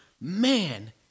Man